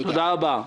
תודה רבה.